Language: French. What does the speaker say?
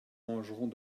mangeront